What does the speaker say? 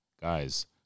Guys